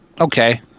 Okay